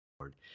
Lord